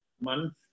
month